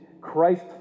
Christ